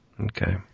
Okay